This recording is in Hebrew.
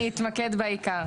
אני אתמקד בעיקר.